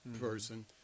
person